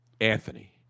Anthony